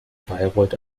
bayreuth